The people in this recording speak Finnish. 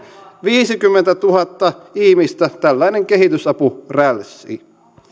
viisikymmentätuhatta ihmistä tällainen kehitysapurälssi